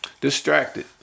distracted